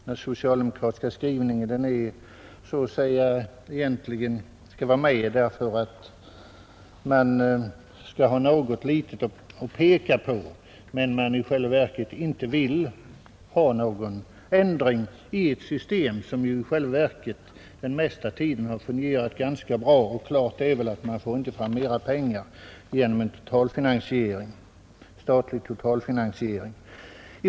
Den socialdemokratiska skrivningen har väl tillkommit för att man skall ha något litet att peka på, medan man egentligen inte vill ha någon ändring i ett system som den mesta tiden har fungerat ganska bra, Klart torde vara att man inte får fram mera pengar genom en statlig totalfinansiering.